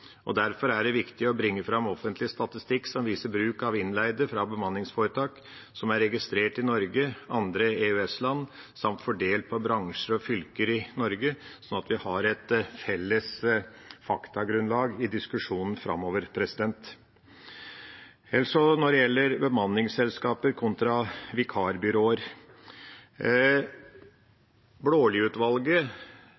Derfor er det viktig å bringe fram offentlig statistikk som viser bruk av innleide fra bemanningsforetak som er registrert i Norge, andre EØS-land samt er fordelt på bransjer og fylker i Norge, sånn at vi har et felles faktagrunnlag i diskusjonen framover. Når det gjelder bemanningsselskaper kontra vikarbyråer,